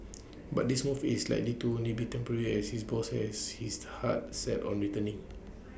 but this move is likely to only be temporary as his boss has his heart set on returning